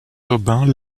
aubin